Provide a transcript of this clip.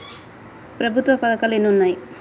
ప్రభుత్వ పథకాలు ఎన్ని ఉన్నాయి?